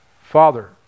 father